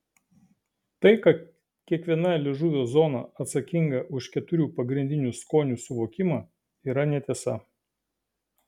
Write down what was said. tai kad kiekviena liežuvio zona atsakinga už keturių pagrindinių skonių suvokimą yra netiesa